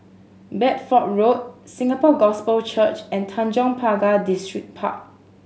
Bedford Road Singapore Gospel Church and Tanjong Pagar Distripark